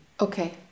Okay